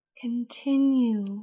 Continue